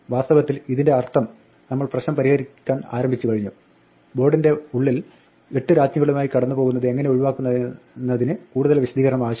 വാസ്തവത്തിൽ ഇതിന്റെ അർത്ഥം നമ്മൾ പ്രശ്നം പരിഹരിക്കാൻ ആരംഭിച്ചു കഴിഞ്ഞു ബോർഡിന്റെ ഉള്ളിൽ എട്ട് രാജ്ഞികളുമായി കടന്നുപോകുന്നത് എങ്ങനെ ഒഴിവാക്കാമെന്നതിന് കൂടുതൽ വിശദീകരണം ആവശ്യമില്ല